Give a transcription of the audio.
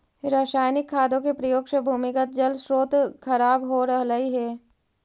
रसायनिक खादों के प्रयोग से भूमिगत जल स्रोत खराब हो रहलइ हे